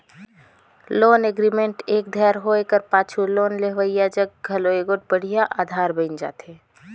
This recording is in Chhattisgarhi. लोन एग्रीमेंट एक धाएर होए कर पाछू लोन लेहोइया जग घलो एगोट बड़िहा अधार बइन जाथे